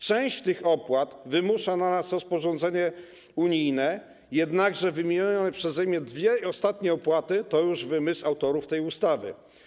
Część tych opłat wymusza na nas rozporządzenie unijne, jednakże wymienione przeze mnie dwie ostatnie opłaty to już wymysł autorów tej ustawy.